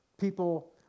people